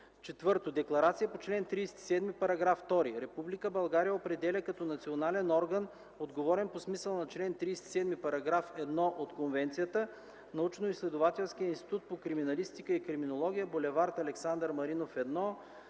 1е.” 4. Декларация по чл. 37, параграф 2: „Република България определя като национален орган, отговорен по смисъла на чл. 37, параграф 1 от конвенцията: Научноизследователски институт по криминалистика и криминология, бул.”Александър Малинов”,